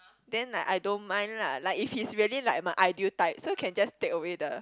then like I don't mind lah like if he's really like my ideal type so can just take away the